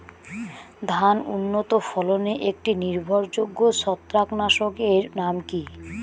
ধান উন্নত ফলনে একটি নির্ভরযোগ্য ছত্রাকনাশক এর নাম কি?